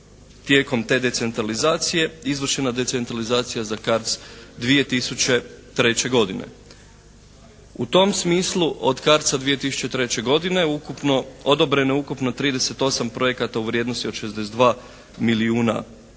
tijekom te decentralizacije izvršena decentralizacija za CARDS 2003. godine. U tom smislu od CARDS-a 2003. godine odobreno je ukupno 38 projekata u vrijednosti od 62 milijuna eura